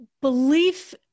belief